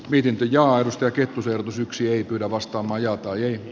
pentti kettusen alkusyksy ei kyllä vastaa majoittajien j